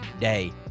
day